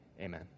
Amen